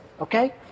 Okay